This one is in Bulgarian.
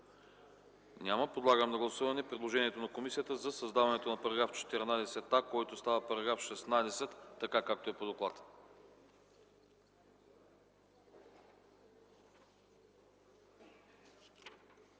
Няма. Подлагам на гласуване предложението на комисията за създаване на § 15в, който става § 20, така както е по доклада.